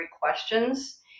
questions